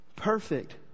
Perfect